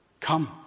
Come